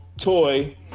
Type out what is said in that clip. Toy